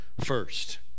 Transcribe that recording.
first